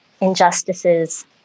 injustices